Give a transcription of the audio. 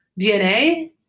DNA